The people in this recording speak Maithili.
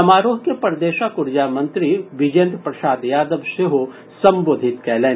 समारोह के प्रदेशक ऊर्जा मंत्री बिजेन्द्र प्रसाद यादव सेहो संबोधित कयलनि